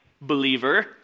believer